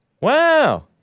Wow